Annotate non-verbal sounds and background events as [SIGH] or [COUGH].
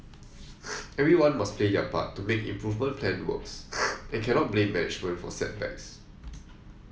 [NOISE] everyone must play their part to make improvement plan work and cannot blame management for setbacks